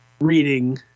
reading